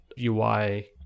UI